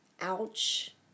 Ouch